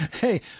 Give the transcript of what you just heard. Hey